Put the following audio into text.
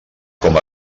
com